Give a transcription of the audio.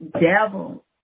devil